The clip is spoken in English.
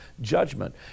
judgment